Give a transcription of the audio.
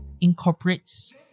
incorporates